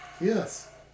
Yes